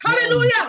Hallelujah